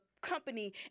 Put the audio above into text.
company